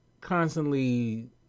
constantly